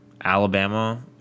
Alabama